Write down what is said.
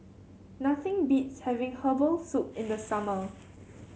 nothing beats having Herbal Soup in the summer